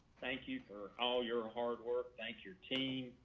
thank you for all your hard work. thank your team.